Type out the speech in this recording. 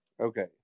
Okay